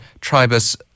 Tribus